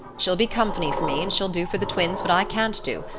she'll be company for me and she'll do for the twins what i can't do,